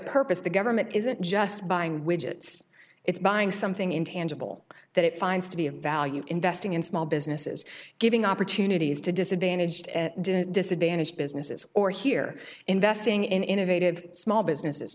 purpose the government isn't just buying widgets it's buying something intangible that it finds to be of value investing in small businesses giving opportunities to disadvantaged disadvantaged businesses or here investing in innovative small businesses